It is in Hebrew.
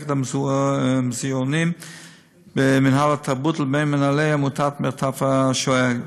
מחלקת המוזיאונים במינהל תרבות לבין מנהלי עמותת "מרתף השואה".